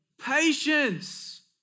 patience